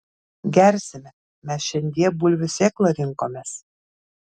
gersime mes šiandie bulvių sėklą rinkomės